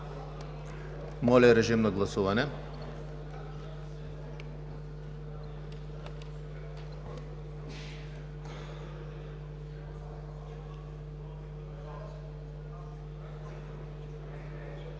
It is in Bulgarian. Моля, режим на гласуване.